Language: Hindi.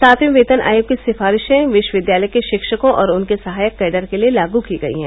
सातवें वेतन आयोग की सिफारिशें विश्वविद्यालय के शिक्षकों और उनके सहायक कैडर के लिये लागू की गयी हैं